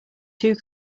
two